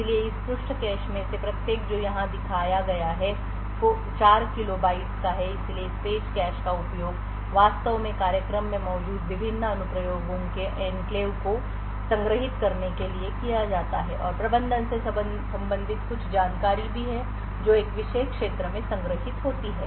इसलिए इस पृष्ठ कैश में से प्रत्येक जो यहां दिखाया गया है 4 किलो बाइट्स का है इसलिए इस पेज कैश का उपयोग वास्तव में कार्यक्रम में मौजूद विभिन्न अनुप्रयोगों के एन्क्लेव को संग्रहीत करने के लिए किया जाता है और प्रबंधन से संबंधित कुछ जानकारी भी है जो एक विशेष क्षेत्र में संग्रहीत होती है